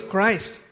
Christ